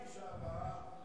מהפגישה הבאה,